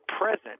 present